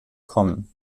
kommen